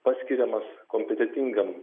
paskiriamas kompetentingam